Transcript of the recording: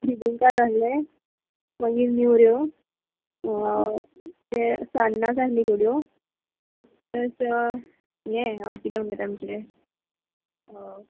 भिगुका जाय आसलें मागीर न्युऱ्यो ते सान्नां जाय आहली थोड्यो तशें यें हांव किदें म्हणटा तें आमचें